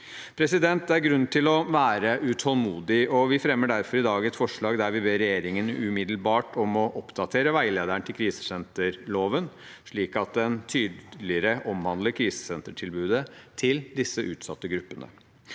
rus. Det er grunn til å være utålmodig, og vi fremmer derfor i dag et forslag der vi ber regjeringen om umiddelbart å oppdatere veilederen til krisesenterloven, slik at den tydeligere omhandler krisesentertilbudet til disse utsatte gruppene.